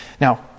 Now